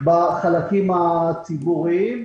בחלקים הציבוריים.